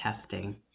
testing